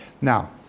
Now